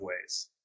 ways